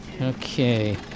Okay